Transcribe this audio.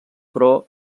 però